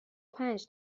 پنج